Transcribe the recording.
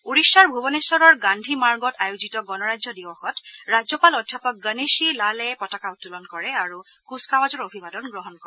ওড়িশাৰ ভূবনেশ্বৰৰ গান্ধী মাৰ্গত আয়োজিত গণৰাজ্য দিৱসত ৰাজ্যপাল অধ্যাপক গণেশী লালে পতাকা উত্তোলন কৰে আৰু কুচকাৱাজৰ অভিবাদন গ্ৰহণ কৰে